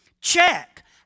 check